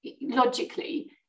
logically